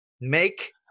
make